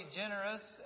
generous